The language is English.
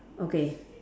okay